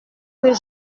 que